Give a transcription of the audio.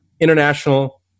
international